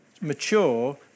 mature